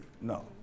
no